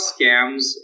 scams